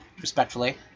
respectfully